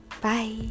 Bye